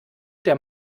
der